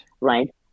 right